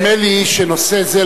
נדמה לי שנושא זה,